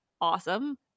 awesome